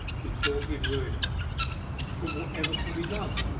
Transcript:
he thought he had ruined her but whatever can be done?